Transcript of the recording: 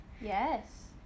Yes